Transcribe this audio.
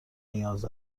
نیاز